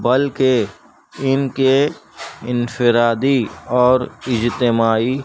بلکہ ان کے انفرادی اور اجتماعی